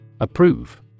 Approve